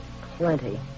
Plenty